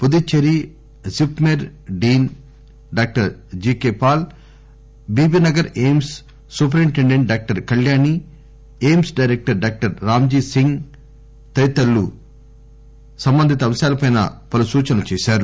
Puducherry JIPMER dean doctor G K Paul Bibi Nagar AIIMS superintendent doctor Kalyani AIIMS director doctor Ramji Singh తదితరులు సంబంధిత అంశాలపై పలు సూచనలు చేశారు